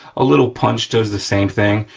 a little punch does the same thing.